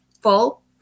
full